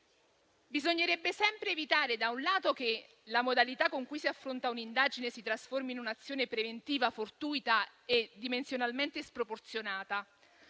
bisognerebbe sempre evitare che la modalità con cui si affronta un'indagine si trasformi in un'azione preventiva fortuita e dimensionalmente sproporzionata